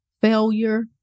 failure